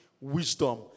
wisdom